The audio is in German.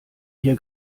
hier